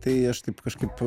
tai aš taip kažkaip